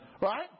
Right